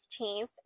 16th